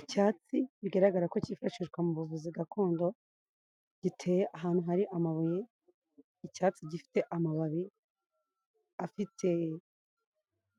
Icyatsi bigaragara ko cyifashishwa mu buvuzi gakondo, giteye ahantu hari amabuye icyatsi gifite amababi afite